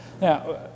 Now